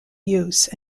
use